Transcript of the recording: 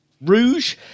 Rouge